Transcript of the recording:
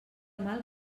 mal